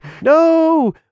No